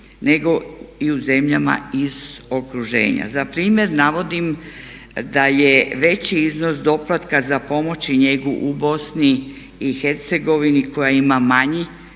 nego i u zemljama iz okruženja. Za primjer navodim da je veći iznos doplatka za pomoć i njegu u BiH koja ima manji